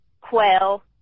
quail